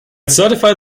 certify